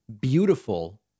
beautiful